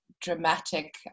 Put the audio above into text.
dramatic